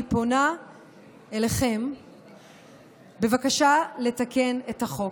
אני פונה אליכם בבקשה לתקן את החוק.